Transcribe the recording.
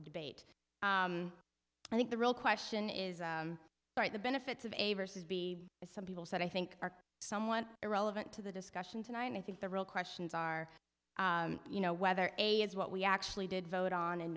the debate i think the real question is right the benefits of a vs be as some people said i think are somewhat irrelevant to the discussion tonight and i think the real questions are you know whether a is what we actually did vote on in